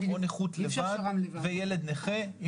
או נכות לבד וילד נכה.